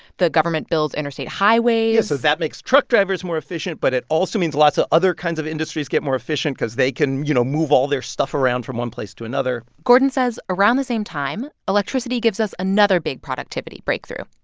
the government builds interstate highways. yeah, so that makes truck drivers more efficient. but it also means lots of other kinds of industries get more efficient cause they can, you know, move all their stuff around from one place to another gordon says around the same time, electricity gives us another big productivity breakthrough.